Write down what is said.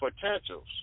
potentials